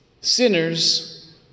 Sinners